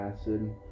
acid